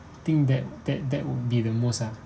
think that that that would be the most ah